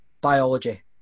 biology